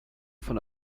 von